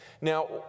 Now